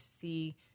see